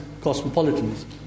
cosmopolitanism